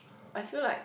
I feel like